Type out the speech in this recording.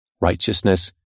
righteousness